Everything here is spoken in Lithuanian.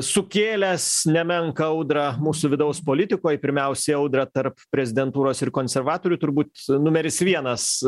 sukėlęs nemenką audrą mūsų vidaus politikoj pirmiausiai audrą tarp prezidentūros ir konservatorių turbūt numeris vienas